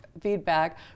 feedback